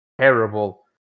terrible